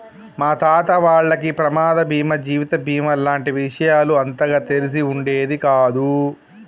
మా తాత వాళ్లకి ప్రమాద బీమా జీవిత బీమా లాంటి విషయాలు అంతగా తెలిసి ఉండేది కాదు